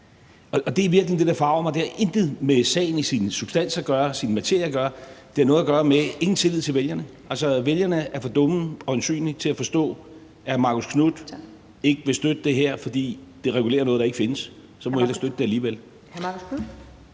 Og det er i virkeligheden det, der forarger mig, det har intet med sagen i sin substans at gøre, sin materie at gøre; det har noget at gøre med, at der ingen tillid er til vælgerne. Altså, vælgerne er øjensynlig for dumme til at forstå, at hr. Marcus Knuth ikke vil støtte det her, fordi det regulerer noget, der ikke findes, og så må man hellere støtte det alligevel.